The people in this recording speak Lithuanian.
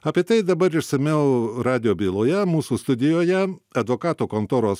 apie tai dabar išsamiau radijo byloje mūsų studijoje advokatų kontoros